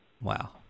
Wow